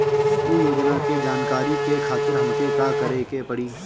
उ योजना के जानकारी के खातिर हमके का करे के पड़ी?